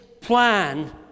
plan